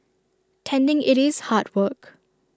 tending IT is hard work